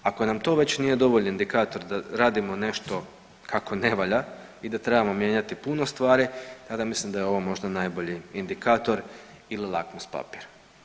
Ako nam to već nije dovoljni indikator da radimo nešto kako ne valja i da trebamo mijenjati puno stvari tada mislim da je ovo možda najbolji indikator ili lakmus papir.